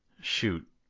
Shoot